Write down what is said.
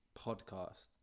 podcast